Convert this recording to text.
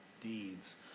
deeds